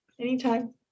Anytime